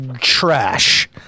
trash